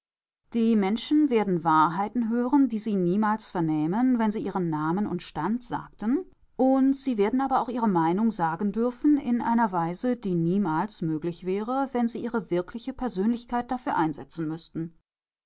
die menschen werden wahrheiten hören die sie niemals vernähmen wenn sie ihren namen und stand sagten sie werden aber auch ihre meinung sagen dürfen in einer weise die niemals möglich wäre wenn sie ihre wirkliche persönlichkeit dafür einsetzen müßten